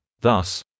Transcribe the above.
Thus